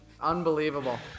Unbelievable